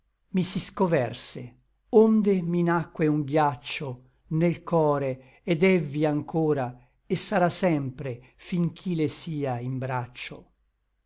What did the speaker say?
i si scoverse onde mi nacque un ghiaccio nel core et èvvi anchora et sarà sempre fin ch'i le sia in braccio